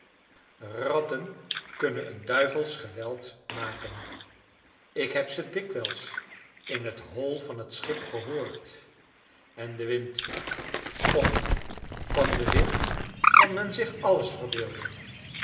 ratten kunnen een duivelsch geweld maken ik heb ze dikwijls in het hol van het schip gehoord en de wind och van den wind kan men zich alles verbeelden